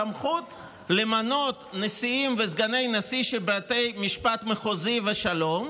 סמכות למנות נשיאים וסגני נשיא של בתי משפט מחוזיים ושלום,